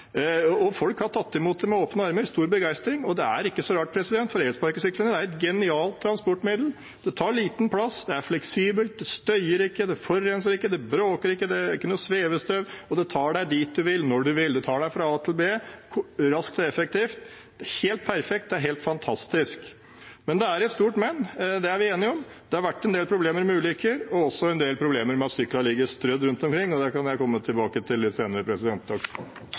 Folk har tatt det imot med åpne armer og stor begeistring, og det er ikke så rart, for elsparkesyklene er et genialt transportmiddel. Det tar liten plass, det er fleksibelt, det støyer ikke, det forurenser ikke, det bråker ikke, det er ikke noe svevestøv, og det tar en dit man vil, når man vil – det tar en fra A til B raskt og effektivt. Det er helt perfekt og helt fantastisk. Men det er et stort men, det er vi alle enige om. Det har vært en del problemer med ulykker og også en del problemer med at syklene ligger strødd rundt omkring, og det kan jeg komme tilbake til litt senere.